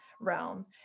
realm